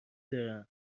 دارم